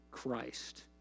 Christ